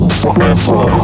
forever